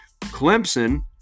Clemson